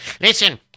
Listen